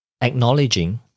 acknowledging